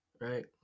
right